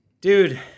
Dude